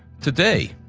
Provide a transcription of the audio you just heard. today,